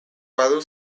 badu